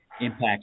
impacts